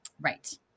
Right